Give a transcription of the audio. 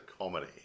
comedy